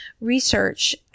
research